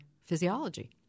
physiology